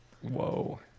Whoa